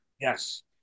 Yes